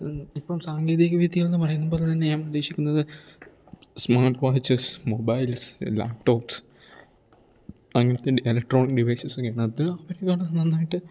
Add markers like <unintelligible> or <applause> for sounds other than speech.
ഇപ്പം സാങ്കേതിക വിദ്യ എന്ന് പറയുമ്പം തന്നെ ഞാൻ ഉദ്ദേശിക്കുന്നത് സ്മാർട്ട് വാച്ചസ് മൊബൈൽസ് ലാപ്ടോപ്സ് അങ്ങനെ തന്നെ ഇലക്ട്രോണിക് ഡിവൈസസ് ഒക്കെയാണ് അത് <unintelligible> നന്നായിട്ട്